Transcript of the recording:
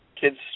Kids